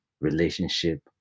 relationship